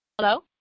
Hello